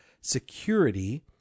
security